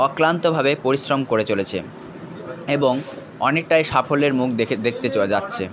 অক্লান্তভাবে পরিশ্রম করে চলেছে এবং অনেকটাই সাফল্যের মুখ দেখতে যাচ্ছে